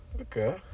okay